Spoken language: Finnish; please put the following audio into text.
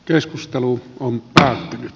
varapuhemies pekka ravi